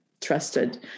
trusted